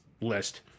list